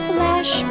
Flash